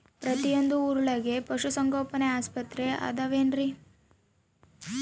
ಪ್ರತಿಯೊಂದು ಊರೊಳಗೆ ಪಶುಸಂಗೋಪನೆ ಆಸ್ಪತ್ರೆ ಅದವೇನ್ರಿ?